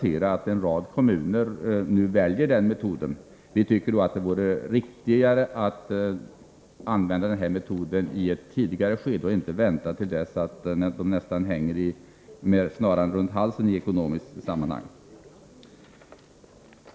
En rad kommuner väljer nu denna metod. Vi tycker att det vore riktigare att ha använt den här metoden i ett tidigare skede och inte väntat till dess att man nästan hänger med snaran runt halsen när det gäller ekonomin.